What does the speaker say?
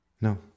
No